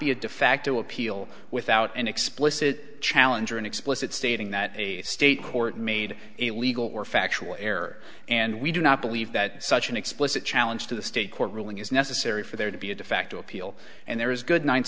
be a de facto appeal without an explicit challenge or an explicit stating that a state court made it legal or factual error and we do not believe that such an explicit challenge to the state court ruling is necessary for there to be a de facto appeal and there is good ninth